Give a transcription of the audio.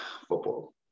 Football